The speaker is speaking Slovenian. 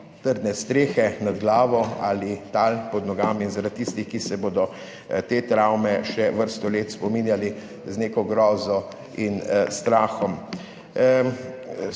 trdne strehe nad glavo ali tal pod nogami, in zaradi tistih, ki se bodo te travme še vrsto let spominjali z neko grozo in strahom.